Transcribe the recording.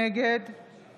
נגד